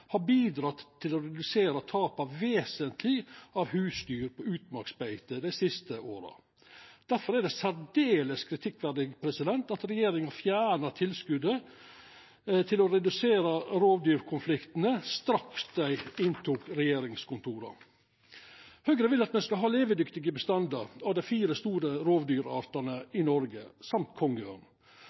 redusera tapa av husdyr på utmarksbeite vesentleg dei siste åra. Difor er det særdeles kritikkverdig at regjeringa fjerna tilskotet til å redusera rovdyrkonfliktane straks dei tok over regjeringskontora. Høgre vil at me skal ha levedyktige bestandar av dei fire store rovdyrartane i Noreg, pluss kongeørn.